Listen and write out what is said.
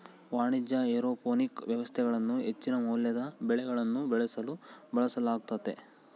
ವಾಣಿಜ್ಯ ಏರೋಪೋನಿಕ್ ವ್ಯವಸ್ಥೆಗಳನ್ನು ಹೆಚ್ಚಿನ ಮೌಲ್ಯದ ಬೆಳೆಗಳನ್ನು ಬೆಳೆಸಲು ಬಳಸಲಾಗ್ತತೆ